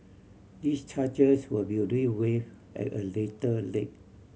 these charges will be dealt with at a later lay